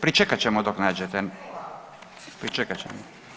pričekat ćemo dok nađete, pričekat ćemo.